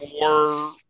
more